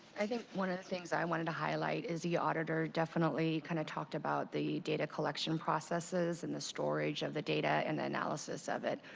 i think one of the things i wanted to highlight, the auditor definitely kind of talked about the data collection processes and the storage of the data and the analysis of it.